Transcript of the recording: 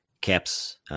caps